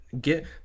get